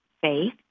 faith